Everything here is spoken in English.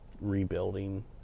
rebuilding